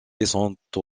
descente